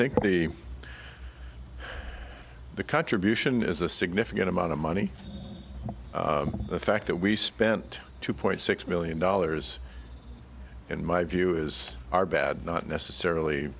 think the the contribution is a significant amount of money the fact that we spent two point six million dollars in my view is our bad not necessarily